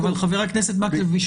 חבר הכנסת מקלב,